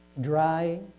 dry